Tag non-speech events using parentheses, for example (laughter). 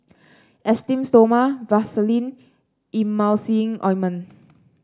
Esteem Stoma Vaselin and Emulsying Ointment (noise)